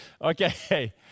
Okay